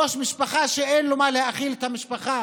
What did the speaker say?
ראש משפחה שאין לו במה להאכיל את המשפחה